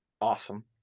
Awesome